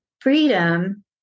freedom